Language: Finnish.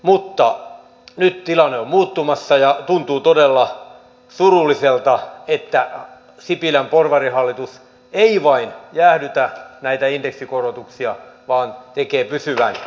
mutta nyt tilanne on muuttumassa ja tuntuu todella surulliselta että sipilän porvarihallitus ei vain jäädytä näitä indeksikorotuksia vaan tekee pysyvän poistamisen